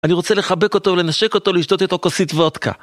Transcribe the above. אני רוצה לחבק אותו, לנשק אותו, לשתות איתו כוסית וודקה.